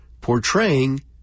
portraying